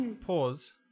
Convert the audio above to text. Pause